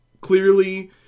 clearly